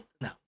no